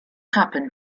happened